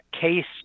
case